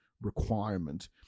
requirement